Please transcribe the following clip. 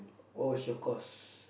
what was your course